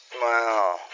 Wow